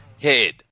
head